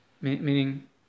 meaning